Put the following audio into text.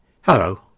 Hello